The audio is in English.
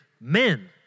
men